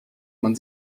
man